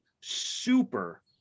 super